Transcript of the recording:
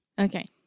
Okay